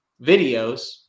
videos